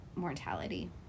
mortality